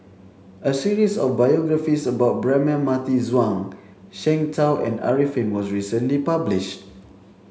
a series of biographies about Braema Mathi Zhuang Shengtao and Arifin was recently published